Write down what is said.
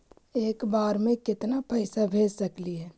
एक बार मे केतना पैसा भेज सकली हे?